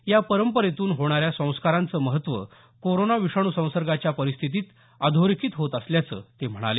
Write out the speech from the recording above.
या परंपरेतून होणाऱ्या संस्कारांचं महत्त्व कोरोना विषाणू संसर्गाच्या या परिस्थितीमधे अधोरेखित होत असल्याचं ते म्हणाले